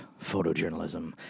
photojournalism